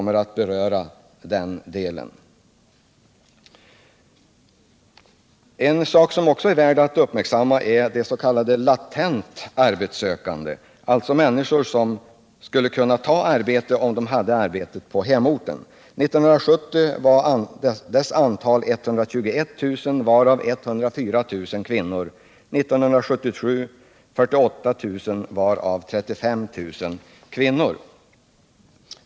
En annan sak som är värd att uppmärksamma är de s.k. latent arbetssökande, alltså människor som skulle kunna ta ett arbete om det fanns något på hemorten. År 1970 var de latent arbetssökandes antal 121 000, varav 104 000 kvinnor. År 1977 var antalet 48 000, varav 35 000 kvinnor.